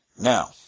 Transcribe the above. Now